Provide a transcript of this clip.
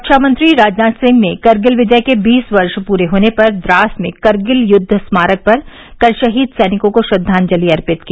रक्षामंत्री राजनाथ सिंह ने कारगिल विजय के बीस वर्ष पूरे होने पर द्रास में कारगिल युद्ध स्मारक पर कल शहीद सैनिकों को श्रद्वांजलि अर्पित की